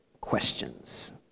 questions